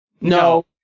No